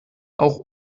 auch